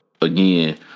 again